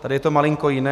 Tady je to malinko jiné.